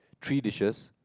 three dishes